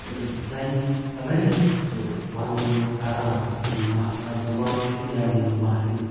زنہِ رٔلِتھ سُہ وَنٕوُن کَران ییٛلہِ مَہراز یِوان چھُ یا ییٛلہِ مَہرِنۍ